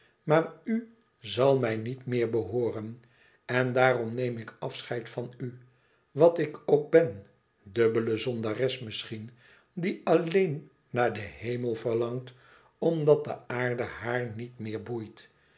u zal mij niet ids aargang meer behooren en daarom neem ik afscheid van u wat ik ook ben dubbele zondares misschien die alleen naar den hemel verlangt omdat de aarde haar niet meer boeit